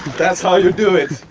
that's how you do it!